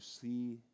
see